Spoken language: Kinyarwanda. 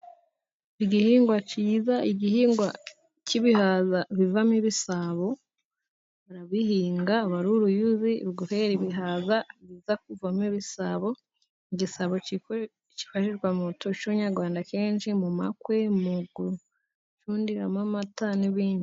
Igihingwa cyiza, igihingwa cy'ibihaza bivamo ibisabo. Barabihinga, aba ari uruyuzi rukera ibihaza biza kuvamo ibisabo. Igisabo kibarirwa mu muco nyarwanda, kenshi mu makwe, mu gucundiramo amata, n'ibindi.